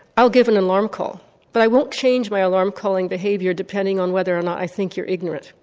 i'll give an alarm call but i won't change my alarm calling behaviour depending on whether or not i think you're ignorant,